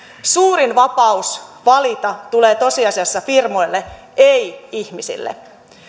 suurin vapaus valita tulee tosiasiassa firmoille ei ihmisille